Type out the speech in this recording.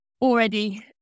already